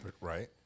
Right